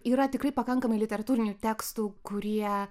yra tikrai pakankamai literatūrinių tekstų kurie